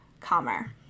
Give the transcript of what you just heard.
calmer